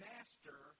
Master